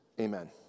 Amen